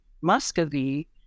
Muscovy